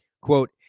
Quote